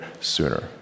sooner